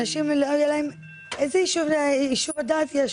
איזה ישוב הדעת יש?